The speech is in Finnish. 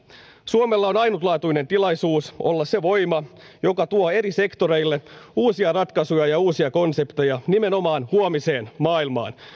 suomella on ainutlaatuinen tilaisuus olla se voima joka tuo eri sektoreille uusia ratkaisuja ja uusia konsepteja nimenomaan huomiseen maailmaan